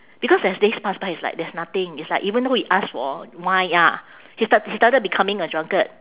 because as days pass by it's like there's nothing it's like even though he ask for wine ya he start~ he started becoming a drunkard